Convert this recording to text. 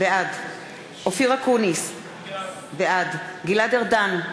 בעד אופיר אקוניס, בעד גלעד ארדן,